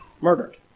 murdered